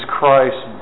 Christ